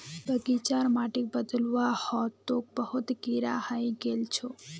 बगीचार माटिक बदलवा ह तोक बहुत कीरा हइ गेल छोक